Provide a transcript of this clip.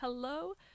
Hello